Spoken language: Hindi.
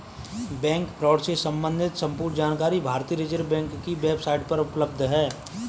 बैंक फ्रॉड से सम्बंधित संपूर्ण जानकारी भारतीय रिज़र्व बैंक की वेब साईट पर उपलब्ध है